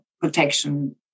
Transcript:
protection